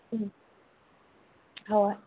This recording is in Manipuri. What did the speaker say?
ꯎꯝ ꯍꯣꯏ